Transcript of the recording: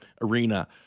Arena